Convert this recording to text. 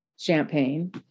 champagne